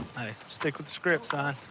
hey, stick with the script son.